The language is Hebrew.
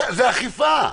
זה אכיפה.